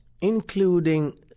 including